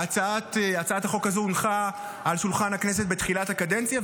הצעת החוק הזאת הונחה על שולחן הכנסת בתחילת הקדנציה,